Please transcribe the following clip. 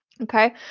Okay